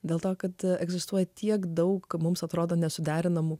dėl to kad egzistuoja tiek daug mums atrodo nesuderinamų